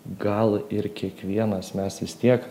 gal ir kiekvienas mes vis tiek